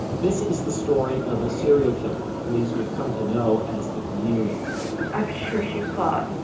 this is the story of a serial killer police would come to know as the chameleon i'm sure she fought.